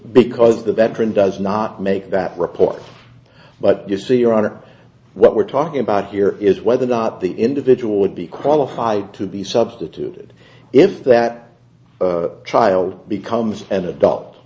because the veteran does not make that report but you see your honor what we're talking about here is whether or not the individual would be qualified to be substituted if that child becomes an adult